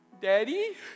Daddy